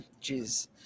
Jeez